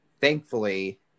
thankfully